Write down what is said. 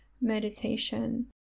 meditation